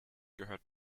gehört